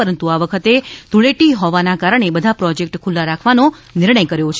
પરંતુ આ વખતે ધૂળેટી હોવાના કારણે બધા પ્રોજેકટ ખુલ્લા રાખવાનો નિર્ણય કર્યો છે